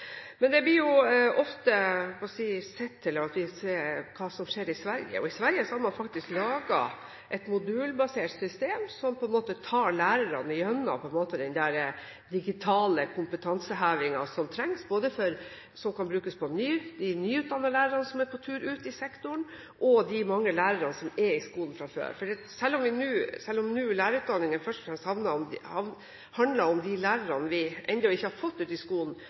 Det blir ofte sett til hva som skjer i Sverige, og i Sverige har man faktisk laget et modulbasert system som tar lærerne gjennom den digitale kompetansehevingen som trengs, som kan brukes både for de nyutdannede lærerne som er på vei ut i sektoren, og for de mange lærerne som er i skolen fra før. Selv om lærerutdanningen først og fremst handler om de lærerne vi ennå ikke har fått ut i skolen,